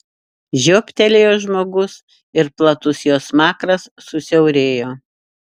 žiobtelėjo žmogus ir platus jo smakras susiaurėjo